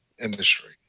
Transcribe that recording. industry